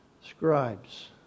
scribes